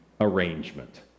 arrangement